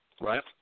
right